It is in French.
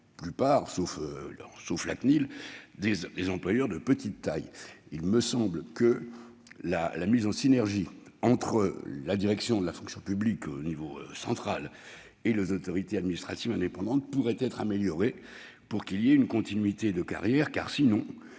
sauf la CNIL, constituent des employeurs de petite taille. Il me semble que la synergie entre la direction de la fonction publique, au niveau central, et les autorités administratives indépendantes pourrait être améliorée dans le sens d'une continuité de carrière. On